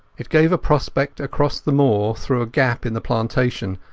it gave a prospect across the moor through a gap in the plantation,